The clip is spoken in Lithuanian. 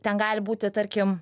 ten gali būti tarkim